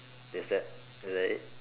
is that is that it